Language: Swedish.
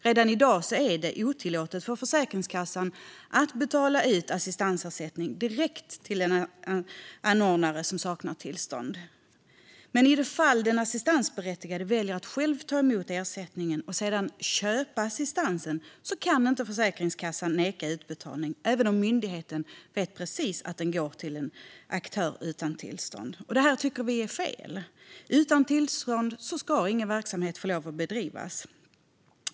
Redan i dag är det otillåtet för Försäkringskassan att betala ut assistansersättning direkt till en anordnare som saknar tillstånd. Men om den assistansberättigade väljer att själv ta emot ersättningen och sedan köpa assistansen kan inte Försäkringskassan neka utbetalning, även om myndigheten vet att den går till en aktör utan tillstånd. Detta tycker vi är fel. Utan tillstånd ska ingen verksamhet få lov att bedrivas.